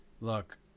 look